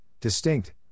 distinct